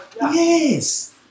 Yes